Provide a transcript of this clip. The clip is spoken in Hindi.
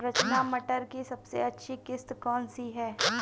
रचना मटर की सबसे अच्छी किश्त कौन सी है?